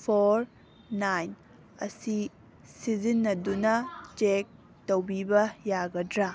four nine ꯑꯁꯤ ꯁꯤꯖꯤꯟꯅꯗꯨꯅ check ꯇꯧꯕꯤꯕ ꯌꯥꯒꯗ꯭ꯔꯥ